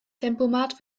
tempomat